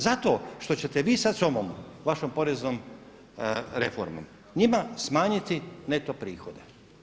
Zato što ćete vi sad s ovom vašom poreznom reformom njima smanjiti neto prihode.